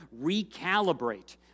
recalibrate